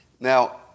Now